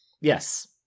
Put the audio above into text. Yes